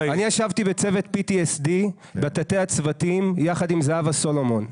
אני ישבתי בצוות PTSD בתתי הצוותים יחד עם זהבה סולומון.